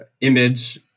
image